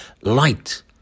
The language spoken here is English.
light